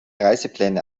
reisepläne